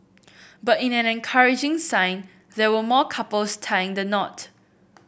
but in an encouraging sign there were more couples tying the knot